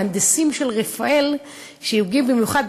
מהנדסים של "רפאל" שהגיעו במיוחד,